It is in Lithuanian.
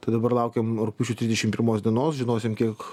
tai dabar laukiam rugpjūčio trisdešim pirmos dienos žinosim kiek